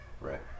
Right